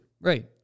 Right